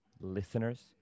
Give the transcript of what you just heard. listeners